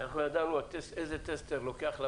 ברגע שאנחנו משנים את המבחן,